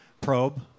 probe